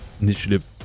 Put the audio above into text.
initiative